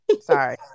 sorry